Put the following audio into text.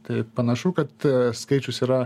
tai panašu kad skaičius yra